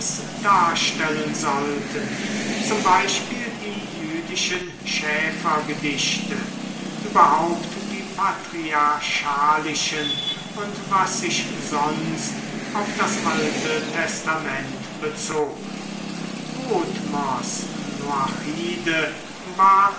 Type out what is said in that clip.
darstellen sollten z b die jüdischen schäfergedichte überhaupt die patriarchalischen und was sich sonst auf das alte testament bezog bodmers noachide war